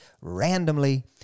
randomly